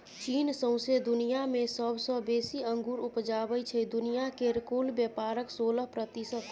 चीन सौंसे दुनियाँ मे सबसँ बेसी अंगुर उपजाबै छै दुनिया केर कुल बेपारक सोलह प्रतिशत